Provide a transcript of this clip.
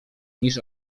niż